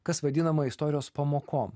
kas vadinama istorijos pamokom